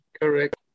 Correct